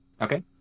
okay